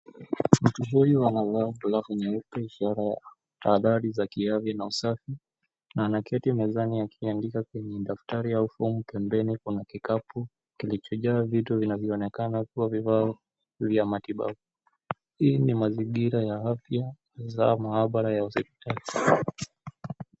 Huyu anavaa glavu nyeupe ishara ya tahadhari za kiafya na usafi na anaketi mezani akiandika kwenye daftari au fomu. Ukumbini kuna kikapu kilichojaa vitu vilivyoonekana kuwa vifaa vya matibabu. Hili ni mazingira ya afya hasa mahabara ya hospitali.